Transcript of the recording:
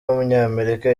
w’umunyamerika